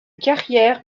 carrière